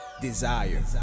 desire